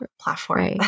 platform